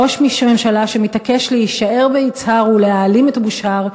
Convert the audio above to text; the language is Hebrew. ראש ממשלה שמתעקש להישאר ביצהר ולהעלים את בושהר,